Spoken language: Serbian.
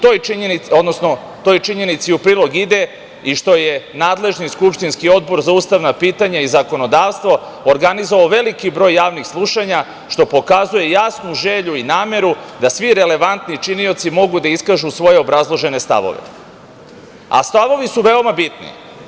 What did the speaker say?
Toj činjenici u prilog ide i što je nadležni skupštinski Odbor za ustavna pitanja i zakonodavstvo organizovao veliki broj javnih slušanja, što pokazuje jasnu želju i nameru da svi relevantni činioci mogu da iskažu svoje obrazložene stavove, a stavovi su veoma bitni.